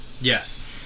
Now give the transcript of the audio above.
Yes